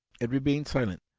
and remained silent.